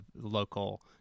local